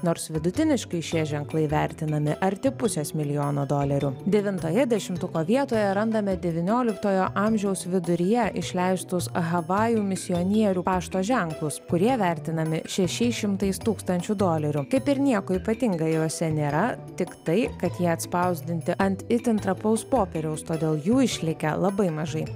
nors vidutiniškai šie ženklai vertinami arti pusės milijono dolerių devintoje dešimtuko vietoje randame devynioliktojo amžiaus viduryje išleistus havajų misionierių pašto ženklus kurie vertinami šešiais šimtais tūkstančių dolerių kaip ir nieko ypatinga juose nėra tik tai kad jie atspausdinti ant itin trapaus popieriaus todėl jų išlikę labai mažai